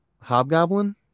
hobgoblin